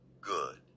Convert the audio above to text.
Good